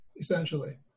essentially